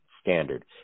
standard